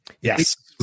yes